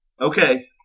Okay